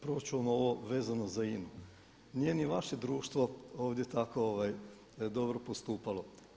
Prvo ću vam ovo vezano za INA-u, nije ni vaše društvo ovdje tako dobro postupalo.